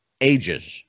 ages